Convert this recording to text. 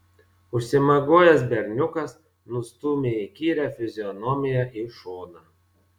užsimiegojęs berniukas nustūmė įkyrią fizionomiją į šoną